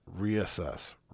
reassess